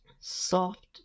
soft